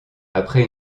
après